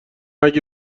اگه